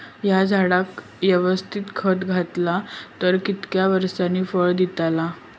हया झाडाक यवस्तित खत घातला तर कितक्या वरसांनी फळा दीताला?